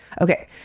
Okay